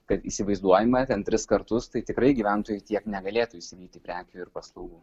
kad įsivaizduojama ten tris kartus tai tikrai gyventojai tiek negalėtų įsigyti prekių ir paslaugų